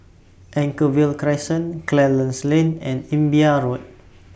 Anchorvale Crescent Clarence Lane and Imbiah Road